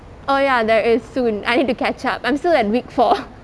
oh ya there is soon I need to catch up I'm still at week four